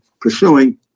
pursuing